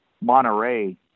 Monterey